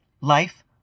Life